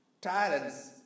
talents